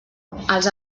els